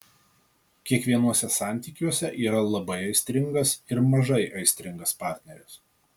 kiekvienuose santykiuose yra labai aistringas ir mažai aistringas partneris